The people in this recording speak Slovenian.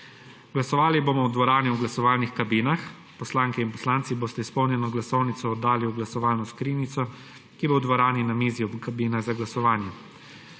Glasovali bomo v dvorani v glasovalnih kabinah. Poslanke in poslanci boste izpolnjeno glasovnico oddali v glasovalno skrinjico, ki bo v dvorani na mizi ob kabinah za glasovanje.